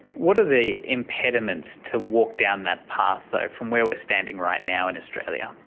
what are the impediments to walk down that path though, from where we are standing right now in australia?